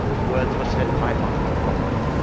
the words were said by oliver cromwell,